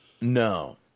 No